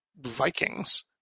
vikings